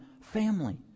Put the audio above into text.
family